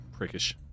prickish